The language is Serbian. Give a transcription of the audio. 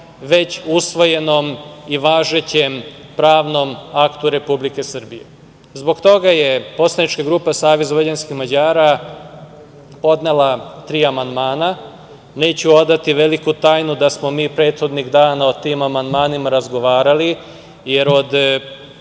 već usvojenom i važećem pravnom aktu Republike Srbije. Zbog toga je poslanička grupa Savez vojvođanskih Mađara podnela tri amandmana. Neću odati veliku tajnu da smo mi prethodnih dana o tim amandmanima razgovarali, jer od